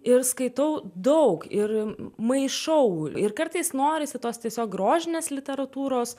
ir skaitau daug ir maišau ir kartais norisi tos tiesiog grožinės literatūros